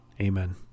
Amen